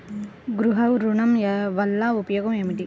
గృహ ఋణం వల్ల ఉపయోగం ఏమి?